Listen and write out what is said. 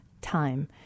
time